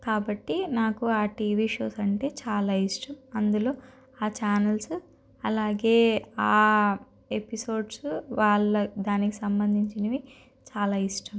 కాబట్టి నాకు ఆ టీవీ షోస్ అంటే చాలా ఇష్టం అందులో ఆ ఛానల్సు అలాగే ఆ ఎపిసోడ్సు వాళ్ళ దానికి సంబంధించినవి చాలా ఇష్టం